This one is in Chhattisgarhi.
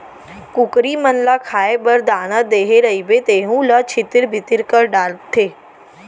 कुकरी मन ल खाए बर दाना देहे रइबे तेहू ल छितिर बितिर कर डारथें